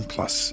Plus